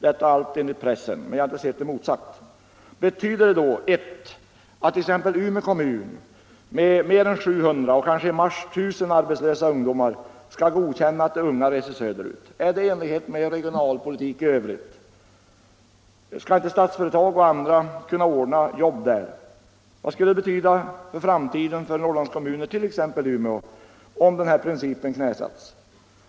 Allt enligt uppgifter i pressen. Jag har inte sett att det blivit motsagt. Betyder detta då för det första att exempelvis Umeå kommun med mer än 700 och i mars kanske 1 000 arbetslösa ungdomar skall godkänna att de unga reser söderut? Är detta i enlighet med regionalpolitiken i övrigt? Skall inte Statsföretag och andra kunna ordna jobb där uppe? Vad skulle det betyda i framtiden för Norrlands kommuner, t.ex. för Umeå, om denna princip knäsattes?